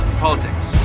politics